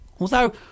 although